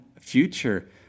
future